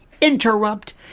interrupt